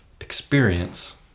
experience